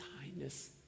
kindness